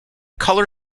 color